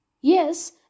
Yes